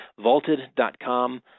vaulted.com